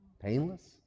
Painless